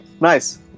Nice